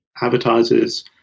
Advertisers